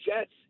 Jets